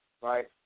right